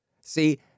See